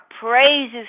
praises